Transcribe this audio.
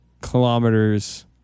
kilometers